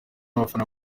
abafana